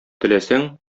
теләсәң